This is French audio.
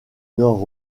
nord